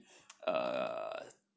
uh